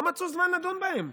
לא מצאו זמן לדון בהן.